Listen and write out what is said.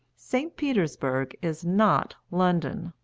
st. petersburg is not london.